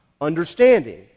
understanding